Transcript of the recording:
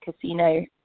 Casino